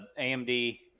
AMD